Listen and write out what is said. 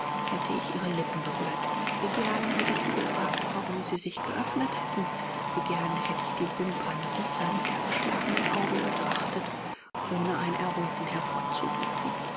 hätte ich ihre lippen berührt wie gern hätte ich sie gefragt damit sie sich geöffnet hätten wie gern hätte ich die wimpern dieser niedergeschlagenen augen betrachtet ohne ein erröten hervorzurufen